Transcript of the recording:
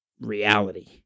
reality